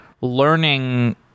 learning